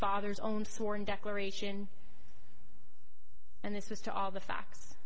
father's own sworn declaration and this was to all the facts